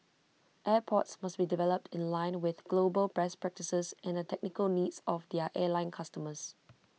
airports must be developed in line with global best practices and the technical needs of their airline customers